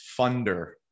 funder